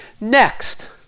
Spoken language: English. Next